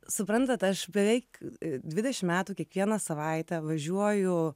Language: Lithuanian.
suprantat aš beveik dvidešim metų kiekvieną savaitę važiuoju